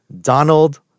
Donald